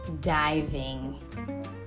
diving